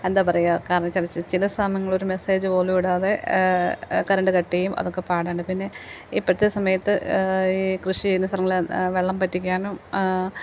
എന്താ പറയുക കാരണം വെച്ചാൽ ചില സമയങ്ങളിൽ ഒരു മെസ്സേജ് പോലും ഇടാതെ കരണ്ട് കട്ട് ചെയ്യും അതൊക്കെ പാടാണ് പിന്നെ ഇപ്പോഴത്തെ സമയത്ത് ഈ കൃഷി ചെയ്യുന്ന സ്ഥലങ്ങൾ വെള്ളം വറ്റിക്കാനും